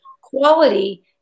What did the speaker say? quality